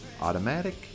Automatic